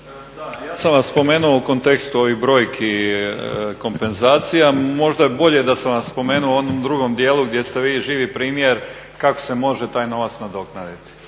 ja sam vas spomenu u kontekstu ovih brojki, kompenzacija. Možda je bolje da sam vas spomenuo u onom drugom dijelu gdje ste vi živi primjer kako se može taj novac nadoknaditi.